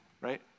right